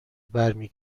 برمی